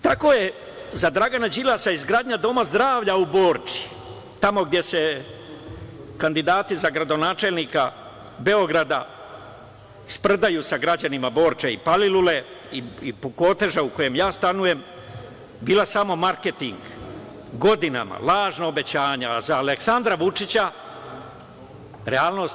Tako je za Dragana Đilasa izgradnja Doma zdravlja u Borči, tamo gde se kandidati za gradonačelnika Beograda sprdaju sa građanima Borče i Palilule i Koteža, u kojem ja stanujem, bila samo marketing, godinama lažna obećanja, a za Aleksandra Vučića realnost.